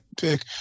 pick